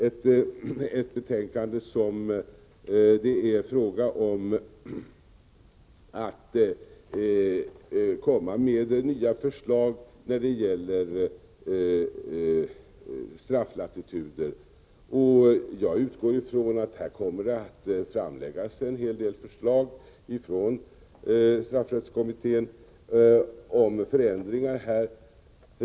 I det betänkandet kommer nya förslag om strafflatituder. Jag utgår från att kommittén lägger fram en hel del förslag till förändringar.